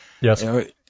Yes